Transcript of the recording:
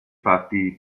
fatti